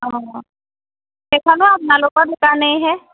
অ সেইখনো আপোনালোক দোকানেইহে